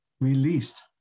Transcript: released